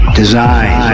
design